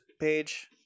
page